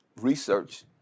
research